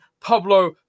Pablo